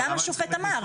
גם השופט אמר.